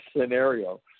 scenario